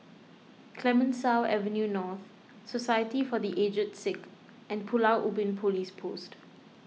Clemenceau Avenue North Society for the Aged Sick and Pulau Ubin Police Post